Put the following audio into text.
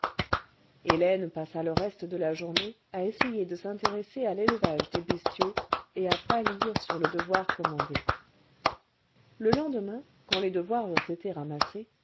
hélène passa le reste de la journée à essayer de s'intéresser à l'élevage clés bestiaux et à pâlir sur le devoir commandé le lendemain quand les devoirs eurent été ramassés